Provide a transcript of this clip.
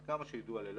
עד כמה שידוע לי,